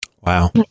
Wow